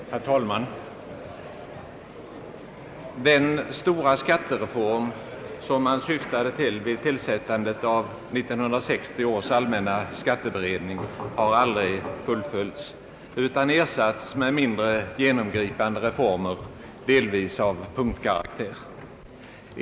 Herr talman! Den stora skattereform som åsyftades vid tillsättandet av 1960 års allmänna skatteberedning har aldrig fullföljts utan ersatts med mindre genomgripande reformer, delvis av punktkaraktär.